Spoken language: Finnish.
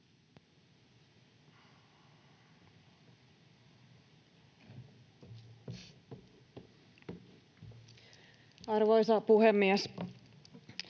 Arvoisa puhemies!